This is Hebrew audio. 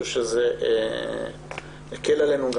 זה הולך לפגוש אותם ואיך זה יכול להציף אותם,